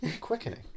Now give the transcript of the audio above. Quickening